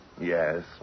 Yes